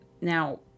now